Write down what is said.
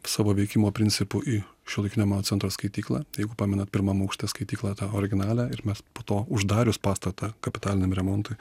savo veikimo principu į šiuolaikinio meno centro skaityklą jeigu pamenat pirmam aukšte skaityklą tą originalią ir mes po to uždarius pastatą kapitaliniam remontui